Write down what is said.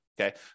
Okay